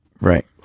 Right